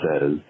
says